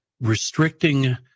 restricting